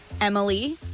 Emily